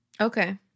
Okay